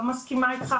לא מסכימה איתך,